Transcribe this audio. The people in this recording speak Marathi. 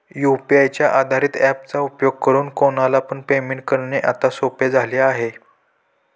यू.पी.आय च्या आधारित ॲप चा उपयोग करून कोणाला पण पेमेंट करणे आता सोपे झाले आहे